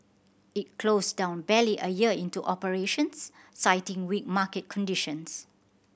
it closed down barely a year into operations citing weak market conditions